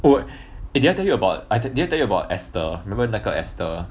what eh did I tell you about did I tell you about ester remember 那个 ester